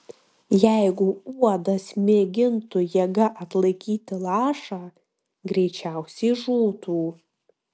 jeigu uodas mėgintų jėga atlaikyti lašą greičiausiai žūtų